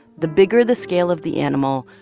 the bigger the scale of the animal,